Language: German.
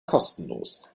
kostenlos